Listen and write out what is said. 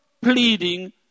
pleading